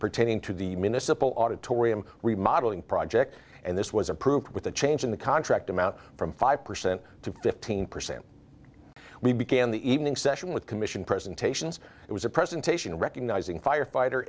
pertaining to the municipal auditorium remodelling project and this was approved with a change in the contract amount from five percent to fifteen percent we began the evening session with commission presentations it was a presentation recognizing firefighter